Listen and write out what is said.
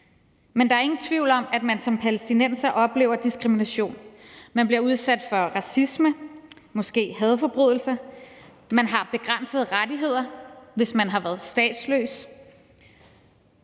Men der er ingen tvivl om, at man som palæstinenser oplever diskrimination. Man bliver udsat for racisme, måske hadforbrydelser, man har begrænsede rettigheder, hvis man har været statsløs,